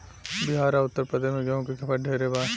बिहार आ उत्तर प्रदेश मे गेंहू के खपत ढेरे बा